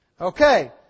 Okay